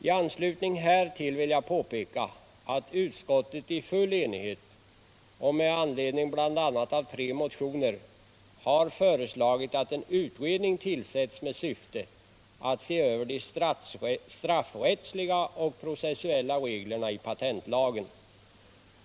I anslutning härtill vill jag påpeka att utskottet i full enighet och med anledning bl.a. av tre motioner har föreslagit att en utredning tillsätts med syfte att se över de straffrättsliga och processuella reglerna i patentlagen.